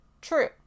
True